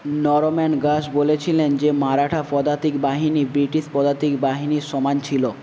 Norman Gash বলেছিলেন যে মারাঠা পদাতিক বাহিনী ব্রিটিশ পদাতিক বাহিনীর সমান ছিল